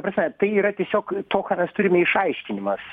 pa prasme tai yra tiesiog to ką mes turime išaiškinimas